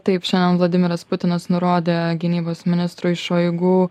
taip šiandien vladimiras putinas nurodė gynybos ministrui šoigu